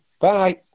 Bye